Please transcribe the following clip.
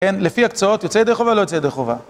כן, לפי ה"קצות" יוצא ידי חובה או לא יוצא ידי חובה?